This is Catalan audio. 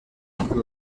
entre